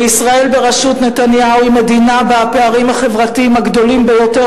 וישראל בראשות נתניהו היא מדינה שבה הפערים החברתיים הגדולים ביותר